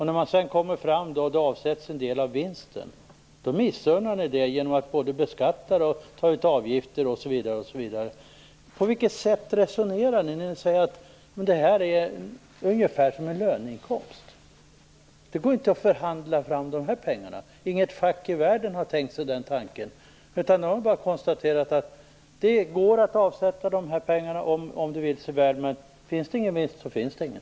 När de sedan lyckas avsätts en del av vinsten. Då missunnar ni dem det genom att både beskatta den och ta ut avgifter. På vilket sätt resonerar ni när ni säger att det här är ungefär som en löneinkomst? Det går inte att förhandla fram de här pengarna. Inget fack i världen har tänkt sig det. Man har bara konstaterat att det går att avsätta de här pengarna om det vill sig väl, men finns det ingen vinst så finns det ingen.